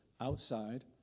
outside